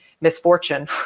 misfortune